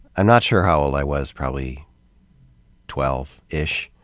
i'm not sure how old i was, probably twelve ish.